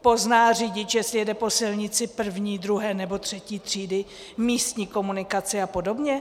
Pozná řidič, jestli jede po silnici první, druhé nebo třetí třídy místní komunikace a podobně?